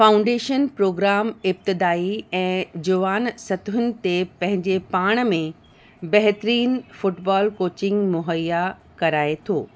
foundation program इब्तदाही ऐं जुवान सतहुनि ते पंहिंजे पाण में बहितिरीन फ़ूटबॉल कोचिंग मुहैया कराए थो